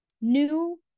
new